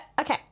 okay